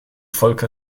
volker